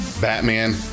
Batman